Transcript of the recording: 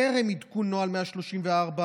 טרם עדכון נוהל 134,